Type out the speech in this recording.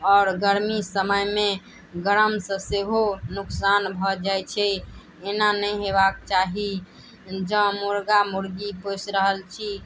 आओर गर्मी समयमे गरमसँ सेहो नुकसान भऽ जाय छै एना नहि हेबाक चाही जँ मुर्गा मुर्गी पोसि रहल छी